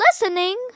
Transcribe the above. listening